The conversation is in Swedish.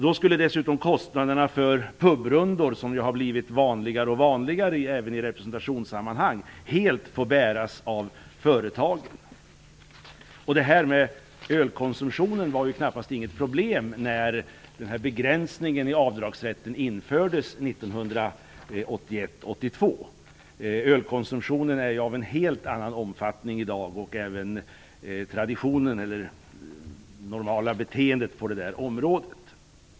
Då skulle dessutom kostnaderna för pubrundor, som blivit allt vanligare även i representationssammanhang, helt få bäras av företagen. Ölkonsumtionen var knappast något problem när begräsningen i avdragsrätten infördes 1981/82. Ölkonsumtionen är av en helt annan omfattning i dag, liksom det normala beteendet på området är annorlunda.